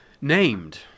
named